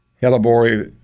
Hellebore